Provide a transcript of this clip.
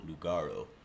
Lugaro